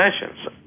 sessions